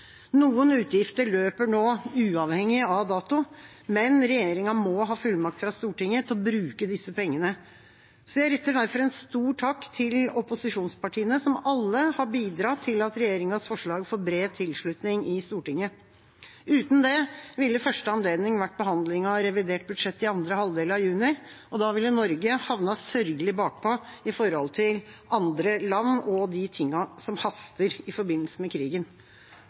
Noen utgifter løper nå uavhengig av dato, men regjeringa må ha fullmakt fra Stortinget til å bruke disse pengene. Jeg retter derfor en stor takk til opposisjonspartiene, som alle har bidratt til at regjeringas forslag får bred tilslutning i Stortinget. Uten det ville første anledning vært behandlingen av revidert budsjett i andre halvdel av juni. Da ville Norge havnet sørgelig bakpå i forhold til andre land og de tingene som haster i forbindelse med krigen.